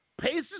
Paces